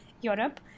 Europe